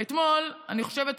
אני חושבת,